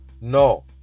No